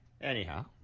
Anyhow